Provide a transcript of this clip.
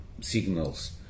signals